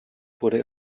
wurde